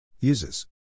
Uses